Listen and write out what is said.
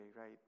right